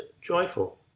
joyful